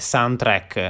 Soundtrack